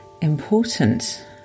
important